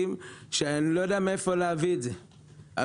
ואני לא יודע מאיפה להביא את הכסף.